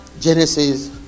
genesis